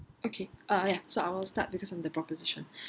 okay uh ya so I will start because I'm the proposition